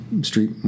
street